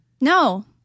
No